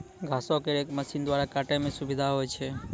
घासो क रेक मसीन द्वारा काटै म सुविधा होय छै